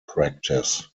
practice